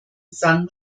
san